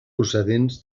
procedents